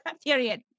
Period